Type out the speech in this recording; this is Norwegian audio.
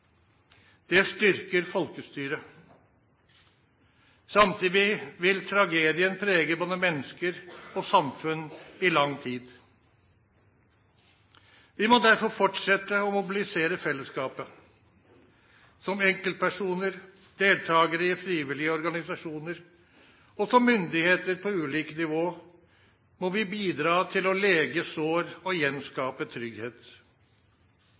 Det styrker folkestyret. Samtidig vil tragedien prege både mennesker og samfunn i lang tid. Vi må derfor fortsette å mobilisere fellesskapet. Som enkeltpersoner, deltakere i frivillige organisasjoner og som myndigheter på ulike nivå må vi bidra til å lege sår og gjenskape trygghet.